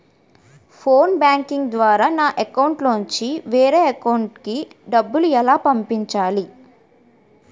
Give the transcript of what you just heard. Phone banking ద్వారా నా account నుంచి వేరే అకౌంట్ లోకి డబ్బులు ఎలా పంపించాలి?